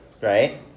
right